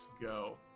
go